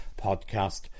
podcast